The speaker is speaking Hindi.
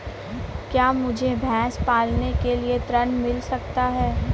क्या मुझे भैंस पालने के लिए ऋण मिल सकता है?